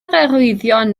arwyddion